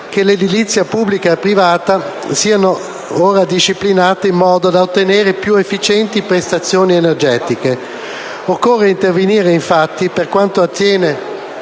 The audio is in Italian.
Grazie,